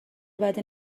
بدی